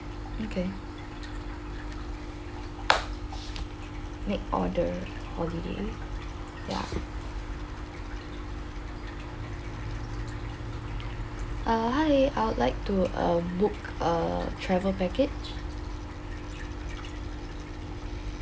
okay make order holiday ya ah hi I would like to uh book a travel package